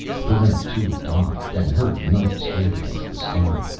barrent two dodged, and heard the knife scrape against the stone.